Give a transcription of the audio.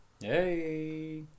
Hey